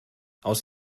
aus